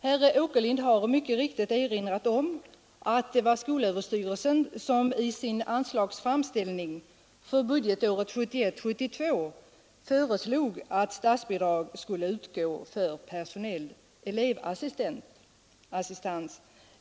Herr Åkerlind har mycket riktigt erinrat om att det var Skolöverstyrelsen som i sin anslagsframställning för budgetåret 1971/72 föreslog att statsbidrag skulle utgå för personell elevassistans.